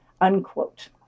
Unquote